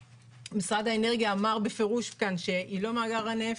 משרד האנרגיה אמר כאן בפירוש, שהיא לא מאגר הנפט.